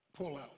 pullout